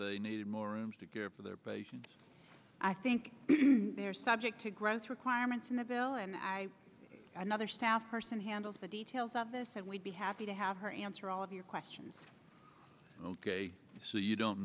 they needed more rooms to care for their patients i think they're subject to growth requirements in the bill and i another staff person handles the details of this and we'd be happy to have her answer all of your questions ok so you don't